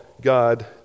God